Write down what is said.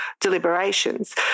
deliberations